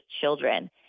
children